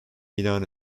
ilan